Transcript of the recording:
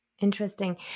Interesting